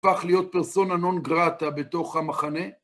הפך להיות פרסונה נון גרטה בתוך המחנה..